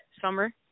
summer